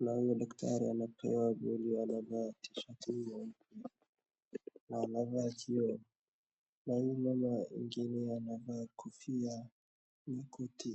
Na huyo daktari anampea polio, anavaa tishati nyeupe na anavaa kioo. Na huyu mama mwingine anavaa kofia na koti.